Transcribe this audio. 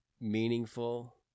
meaningful